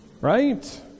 Right